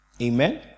Amen